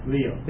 Leo